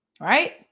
Right